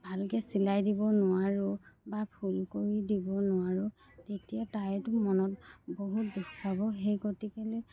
ভালকৈ চিলাই দিব নোৱাৰোঁ বা ফুল কৰি দিব নোৱাৰোঁ তেতিয়া তাইতো মনত বহুত দুখ পাব সেই গতিকেলৈ